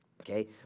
okay